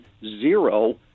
zero